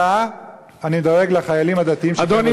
אני דואג לחיילים הדתיים שכן רוצים לשרת.